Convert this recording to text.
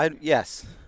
Yes